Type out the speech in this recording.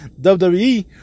WWE